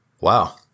Wow